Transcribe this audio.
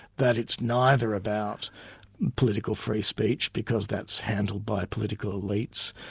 that it's neither about political free speech, because that's handled by political elites,